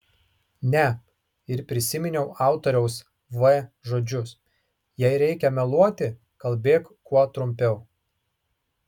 ne ir prisiminiau autoriaus v žodžius jei reikia meluoti kalbėk kuo trumpiau